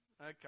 Okay